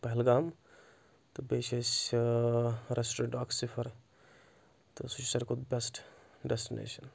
پہلگام تہٕ بیٚیہِ چھِ أسۍ ریسٹورنٹ اکھ صفَر تہٕ سُہ چھُ ساروی کھۄتہٕ بؠسٹ ڈیسٹنیشَن